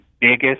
biggest